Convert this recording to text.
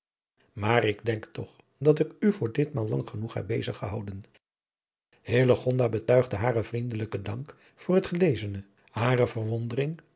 maar ik denk toch dat ik u voor ditmaal lang genoeg heb bezig gehouden hillegonda betuigde haren vriendelijken dank voor het gelezene hare verwondering